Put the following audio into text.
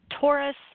Taurus